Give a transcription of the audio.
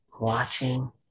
watching